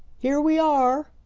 here we are,